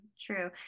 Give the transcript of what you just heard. True